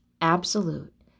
absolute